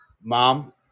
Mom